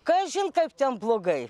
kažin kaip ten blogai